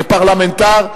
כפרלמנטר,